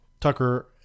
Tucker